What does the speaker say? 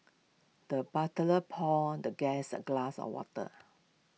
the butler poured the guest A glass of water